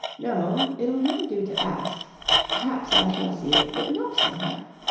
no, it'll never do to ask perhaps i shall see it written up somewhere